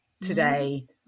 today